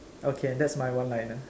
okay that's my one liner